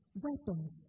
weapons